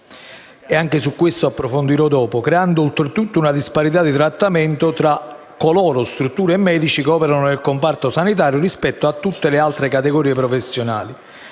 (tema che approfondirò dopo), creando oltretutto una disparità di trattamento tra coloro (strutture e medici) che operano nel comparto sanitario rispetto a tutte le altre categorie professionali,